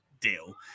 deal